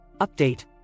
Update